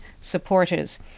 supporters